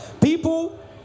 people